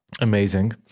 Amazing